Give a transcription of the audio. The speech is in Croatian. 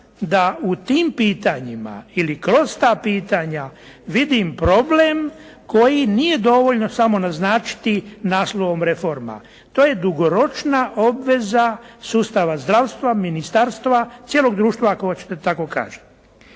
da u tim pitanjima ili kroz ta pitanja vidim problem koji nije dovoljno samo naznačiti naslovom reforma. To je dugoročna obveza sustava zdravstva, ministarstva, cijelog društva ako hoćete da tako kažem.